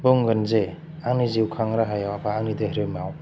बुंगोन जे आंनि जिउखां राहायाव बा आंनि धाेरोमाव